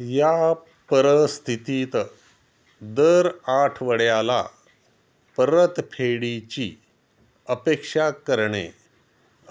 या परिस्थितीत दर आठवड्याला परतफेडीची अपेक्षा करणे